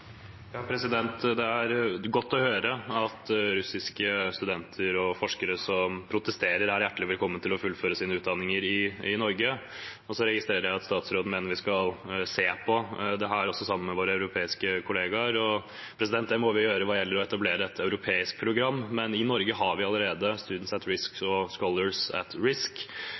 Det er godt å høre at russiske studenter og forskere som protesterer, er hjertelig velkomne til å fullføre sin utdanning i Norge. Så registrerer jeg at statsråden mener vi skal se på dette sammen med våre europeiske kollegaer. Det må vi gjøre hva gjelder å etablere et europeisk program, men i Norge har vi allerede Students at Risk og Scholars at Risk.